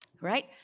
Right